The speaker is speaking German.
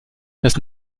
das